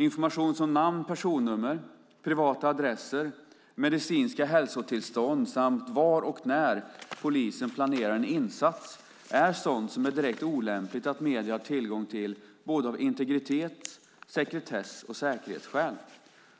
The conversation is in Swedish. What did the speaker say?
Information som namn, personnummer, privata adresser, mediciniska hälsotillstånd samt var och när polisen planerar en insats är sådant som det är direkt olämpligt att medierna har tillgång till av både integritets-, sekretess och säkerhetsskäl.